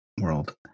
world